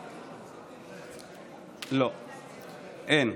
לא, אין.